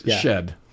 shed